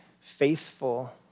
faithful